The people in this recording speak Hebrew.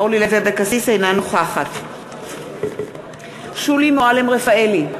אינה נוכחת שולי מועלם-רפאלי,